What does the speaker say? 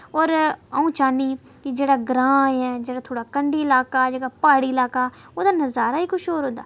और आ'ऊं चाह्नी कि जेह्ड़ा ग्रां ऐ जेह्ड़ा थोह्ड़ा कंढी लाका जेह्ड़ा प्हाड़ी लाका ओह्दा नजारा ही कुछ होर होंदा